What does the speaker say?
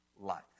life